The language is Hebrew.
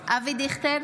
אינו נוכח אבי דיכטר,